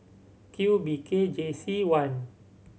Q B K J C one